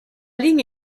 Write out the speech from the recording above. ligne